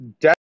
death